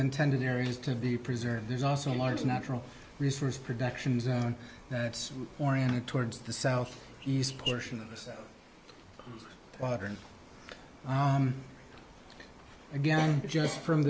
intended areas to be preserved there's also a large natural resource production zone that's oriented towards the south east portion of this water and again just from